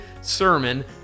sermon